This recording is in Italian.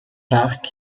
park